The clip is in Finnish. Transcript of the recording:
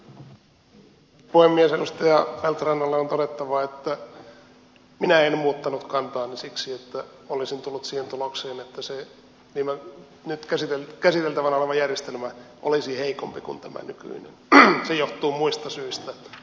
edustaja feldt rannalle on todettava että minä en muuttanut kantaani siksi että olisin tullut siihen tulokseen että nyt käsiteltävänä oleva järjestelmä olisi heikompi kuin tämä nykyinen se johtuu muista syistä jotka me tiedämme